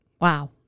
wow